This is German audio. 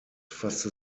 fasste